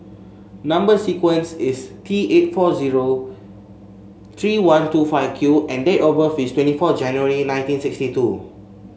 number sequence is T eight four zero three one two five Q and date of birth is twenty four January nineteen sixty two